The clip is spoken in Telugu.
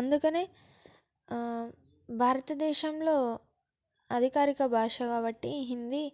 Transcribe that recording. అందుకనే భారతదేశంలో అధికారక భాష కాబట్టి హిందీ